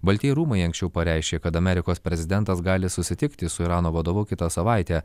baltieji rūmai anksčiau pareiškė kad amerikos prezidentas gali susitikti su irano vadovu kitą savaitę